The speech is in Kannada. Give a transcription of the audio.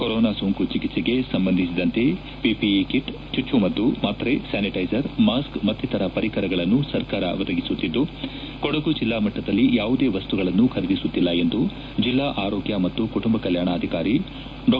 ಕೊರೋನಾ ಸೋಂಕು ಚಿಕಿತ್ಸೆಗೆ ಸಂಬಂಧಿಸಿದಂತೆ ಪಿಪಿಇ ಕಿಟ್ ಚುಚ್ಚುಮದ್ದು ಮಾತ್ರೆ ಸ್ಥಾನಿಟ್ಟೆಸರ್ ಮಾಸ್ಕ್ ಮತ್ತಿತರ ಪರಿಕರಗಳನ್ನು ಸರ್ಕಾರ ಒದಗಿಸುತ್ತಿದ್ದು ಕೊಡಗು ಜಿಲ್ಲಾ ಮಟ್ಟದಲ್ಲಿ ಯಾವುದೇ ವಸ್ತುಗಳನ್ನು ಖರೀದಿಸುತ್ತಿಲ್ಲ ಎಂದು ಜೆಲ್ಲಾ ಆರೋಗ್ಯ ಮತ್ತು ಕುಟುಂಬ ಕಲ್ಯಾಣಾಧಿಕಾರಿ ಡಾ